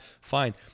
fine